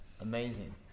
Amazing